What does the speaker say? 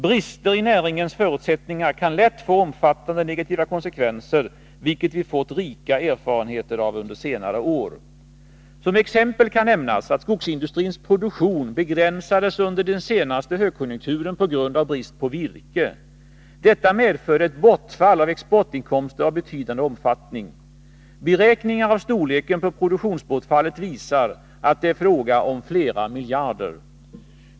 Brister i näringens förutsättningar kan lätt få omfattande negativa konsekvenser, vilket vi fått rika erfarenheter av under senare år. Som exempel kan nämnas att skogsindustrins produktion begränsades under den senaste högkonjunkturen på grund av brist på virke. Detta medförde ett bortfall av exportinkomster av betydande omfattning. Beräk ningar av storleken på produktionsbortfallet visar att det är fråga om flera miljarder.